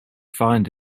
find